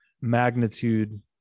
magnitude